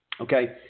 Okay